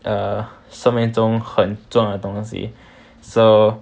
err 生命中很重要的东西 so